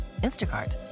Instacart